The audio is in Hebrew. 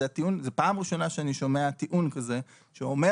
זה פעם ראשונה שאני שומע טיעון כזה שאומר